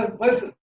Listen